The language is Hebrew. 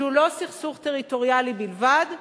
שהוא לא סכסוך טריטוריאלי בלבד,